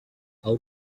how